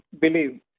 believe